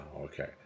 Okay